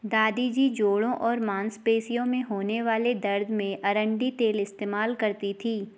दादी जी जोड़ों और मांसपेशियों में होने वाले दर्द में अरंडी का तेल इस्तेमाल करती थीं